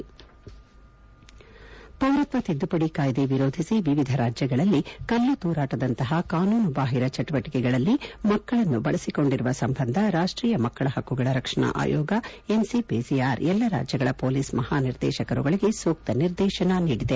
head ಪೌರತ್ವ ತಿದ್ದುಪಡಿ ಕಾಯ್ದೆ ವಿರೋಧಿಸಿ ವಿವಿಧ ರಾಜ್ಯಗಳಲ್ಲಿ ಕಲ್ಲು ತೂರಾಟದಂತಹ ಕಾನೂನು ಬಾಹಿರ ಚಟುವಟಕೆಗಳಲ್ಲಿ ಮಕ್ಕಳನ್ನು ಬಳಸಿಕೊಂಡಿರುವ ಸಂಬಂಧ ರಾಷ್ವೀಯ ಮಕ್ಕಳ ಹಕ್ಕುಗಳ ರಕ್ಷಣಾ ಆಯೋಗ ಎನ್ಸಿಪಿಸಿಆರ್ ಎಲ್ಲಾ ರಾಜ್ಲಗಳ ಪೋಲೀಸ್ ಮಹಾನಿರ್ದೇಶಕರುಗಳಿಗೆ ಸೂಕ್ತ ನಿರ್ದೇಶನ ನೀಡಿದೆ